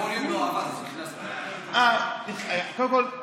קודם כול,